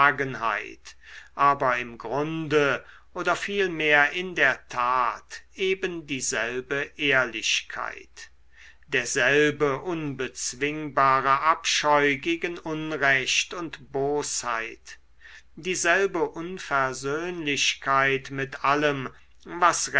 aber im grunde oder vielmehr in der tat eben dieselbe ehrlichkeit derselbe unbezwingbare abscheu gegen unrecht und bosheit dieselbe unversöhnlichkeit mit allem was